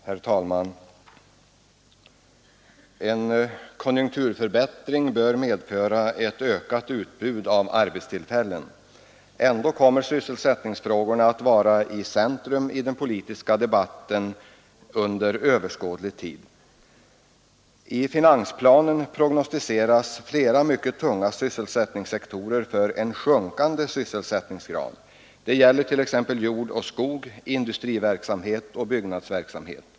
Herr talman! En konjunkturförbättring bör medföra ett ökat utbud av arbetstillfällen. Ändå kommer sysselsättningsfrågorna att vara i centrum i den politiska debatten under överskådlig tid. I finansplanen prognostiseras flera mycket tunga sysselsättningssektorer för en sjunkande sysselsättningsgrad. Det gäller t.ex. jord och skog, industriverksamhet och byggnadsverksamhet.